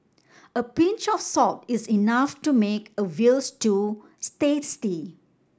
a pinch of salt is enough to make a veal stew tasty